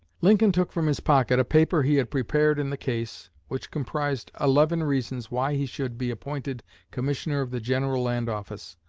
lincoln took from his pocket a paper he had prepared in the case, which comprised eleven reasons why he should be appointed commissioner of the general land office.